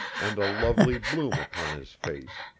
and a lovely bloom upon his face,